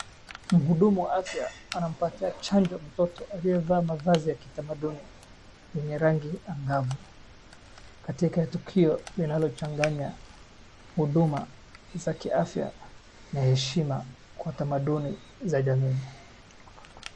Mhudumu wa afya anampati chanjo mtoto aliyevaa mavazi ya kitamanduni yenye rangi angavu katika tukio linalochanganya huduma za kiafya na heshima kwa tamanduni za jamii.